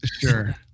Sure